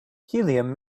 helium